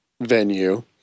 venue